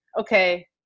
okay